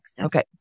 Okay